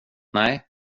nej